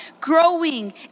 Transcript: growing